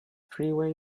freeway